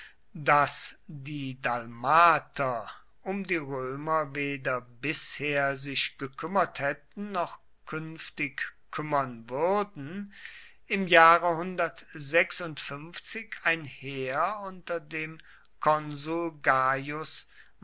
daß die dalmater um die römer weder bisher sich gekümmert hätten noch künftig kümmern würden im jahre ein heer unter dem konsul